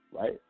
right